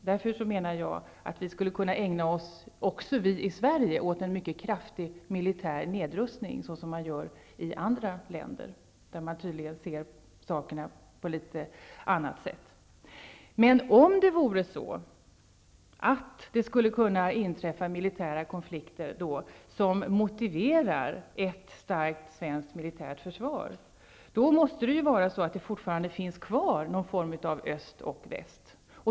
Därför menar jag att också vi i Sverige skulle kunna ägna oss åt en mycket kraftig militär nedrustning, vilket man gör i andra länder, där man tydligen ser saken på ett något annat sätt. Om det skulle kunna inträffa militära konflikter som motiverar ett starkt svenskt militärt försvar, måste det fortfarande finnas kvar någon form av motsättning mellan öst och väst.